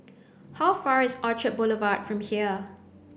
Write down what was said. how far is Orchard Boulevard from here